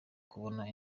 kubona